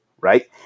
right